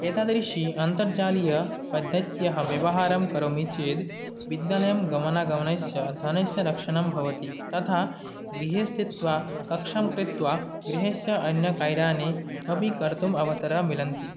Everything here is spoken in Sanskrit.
एतादृशी अन्तर्जालीयपद्धतयः व्यवहारं करोमि चेत् विद्यालयं गमनागमनस्य धनस्य रक्षणं भवति तथा गृहे स्थित्वा कक्षां कृत्वा गृहस्य अन्यकार्याणि अपि कर्तुम् अवसरः मिलति